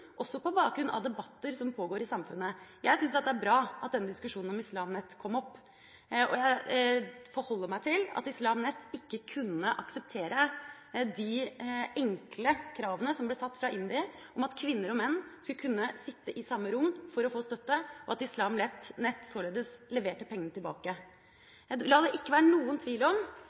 også på bakgrunn av debatter som pågår i samfunnet. Jeg syns det er bra at denne diskusjonen om Islam Net kom opp. Jeg forholder meg til at Islam Net ikke kunne akseptere de enkle kravene som ble satt fra IMDi – om at kvinner og menn skal kunne sitte i samme rom – for å få støtte, og at Islam Net således leverte pengene tilbake. La det ikke være noen tvil om